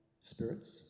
spirits